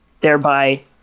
Thereby